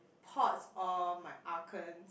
potts or my arkens